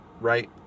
right